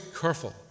careful